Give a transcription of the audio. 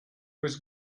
was